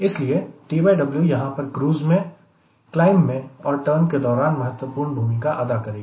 इसलिए TW यहां पर क्रूज में क्लाइंब में और टर्न के दौरान महत्वपूर्ण भूमिका अदा करेगी